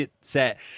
set